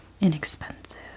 inexpensive